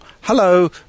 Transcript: Hello